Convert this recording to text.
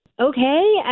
Okay